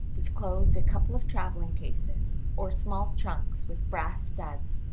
disclosed a couple of traveling cases or small trunks with brass studs,